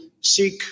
seek